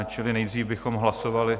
Čili nejdřív bychom hlasovali...